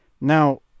Now